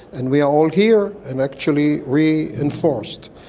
and we are all here and actually reinforced.